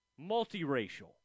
multiracial